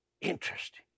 Interesting